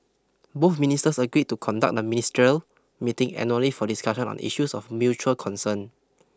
both ministers agreed to conduct the ministerial meeting annually for discussion on issues of mutual concern